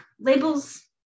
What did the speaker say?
labels